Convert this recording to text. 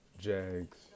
Jags